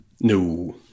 No